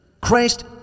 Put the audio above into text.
Christ